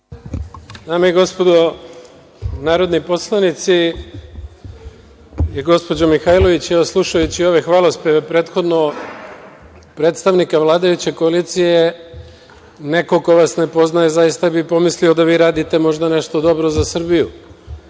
Dame i gospodo narodni poslanici i gospođo Mihajlović, slušajući ove hvalospeve prethodno predstavnika vladajuće koalicije, neko ko vas ne poznaje zaista bi pomislio da vi radite možda nešto dobro za